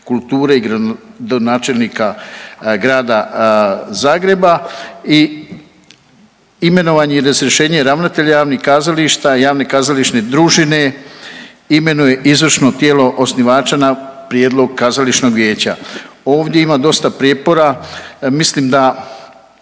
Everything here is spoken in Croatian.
kulture i gradonačelnika Grada Zagreba i imenovanje i razrješenje ravnatelja javnih kazališta i javne kazališne družine imenuje izvršno tijelo osnivača na prijedlog kazališnog vijeća. Ovdje ima dosta prijepora mislim da